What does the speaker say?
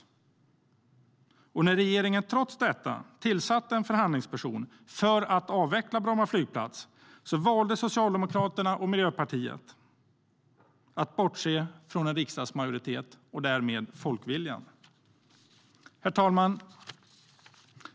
När regeringen trots detta tillsatte en förhandlingsperson för att avveckla Bromma flygplats valde Socialdemokraterna och Miljöpartiet att bortse från en riksdagsmajoritet och därmed folkviljan. Herr talman!